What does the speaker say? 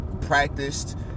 practiced